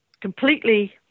completely